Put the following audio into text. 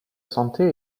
santé